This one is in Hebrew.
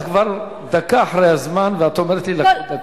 את כבר דקה אחרי הזמן, ואת אומרת לי: דקה, דקה.